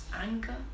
anger